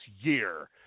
year